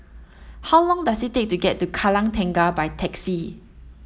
how long does it take to get to Kallang Tengah by taxi